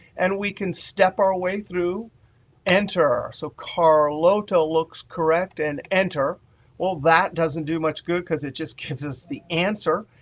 and we can step our way through enter. so carlotta looks correctt and enter well that doesn't do much good because it just gives us the answer.